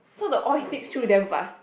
so the oil sip through damn fast